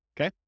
Okay